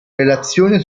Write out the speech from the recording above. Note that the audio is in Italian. relazione